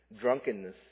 drunkenness